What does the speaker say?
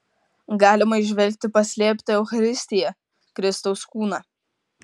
galima įžvelgti paslėptą eucharistiją kristaus kūną